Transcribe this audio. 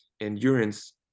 endurance